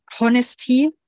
honesty